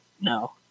No